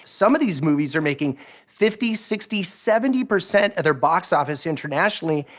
some of these movies are making fifty, sixty, seventy percent of their box office internationally,